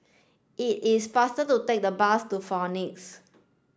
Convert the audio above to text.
it is faster to take the bus to Phoenix